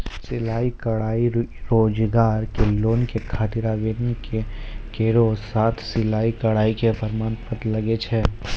सिलाई कढ़ाई रोजगार के लोन के खातिर आवेदन केरो साथ सिलाई कढ़ाई के प्रमाण पत्र लागै छै?